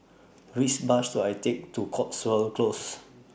Which Bus should I Take to Cotswold Close